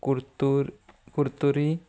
कुर्तूर Curtorim